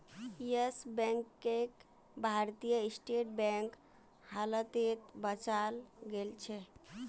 yes बैंकक Bharatiya State Bank हालते बचाल गेलछेक